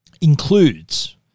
includes